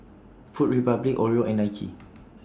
Food Republic Oreo and Nike